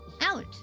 out